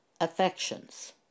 affections